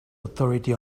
authority